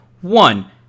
one